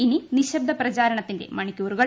ഇനി നിശ്ര്ബ്ദ പ്രചാരണത്തിന്റെ മണിക്കൂറുകൾ